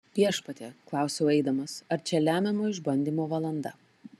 viešpatie klausiau eidamas ar čia lemiamo išbandymo valanda